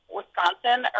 Wisconsin